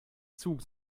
zug